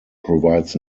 provides